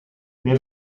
nel